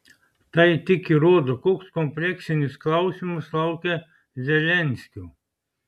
tai tik įrodo koks kompleksinis klausimas laukia zelenskio